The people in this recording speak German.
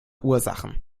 ursachen